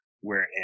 wherein